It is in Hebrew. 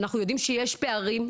אנחנו יודעים שיש פערים.